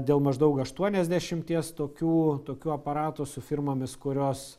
dėl maždaug aštuoniasdešimties tokių tokių aparatų su firmomis kurios